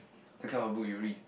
that kind of book you read